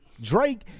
Drake